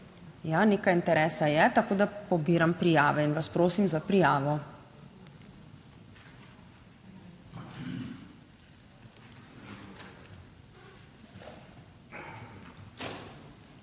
Ja, nekaj interesa je, tako da pobiram prijave. In vas prosim za prijavo.